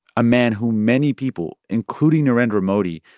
a man who many people, including narendra modi,